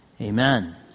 amen